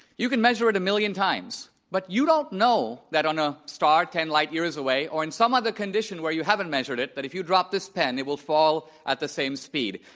you can measure it a million times. but you don't know that on a star ten light years away or in some other condition where you haven't measured it, that but if you drop this pen, it will fall at the same speed.